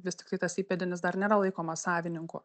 vis tiktai tas įpėdinis dar nėra laikomas savininku